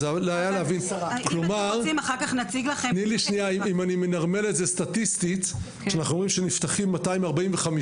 אם אני מנרמל את זה סטטיסטית כשאנחנו רואים שנפתחים 245